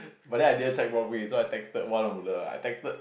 but then I didn't check where we so I text back one of the I text back